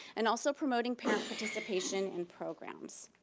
and also promoting parent participation in programs,